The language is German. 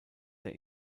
der